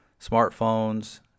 smartphones